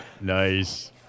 Nice